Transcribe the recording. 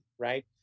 right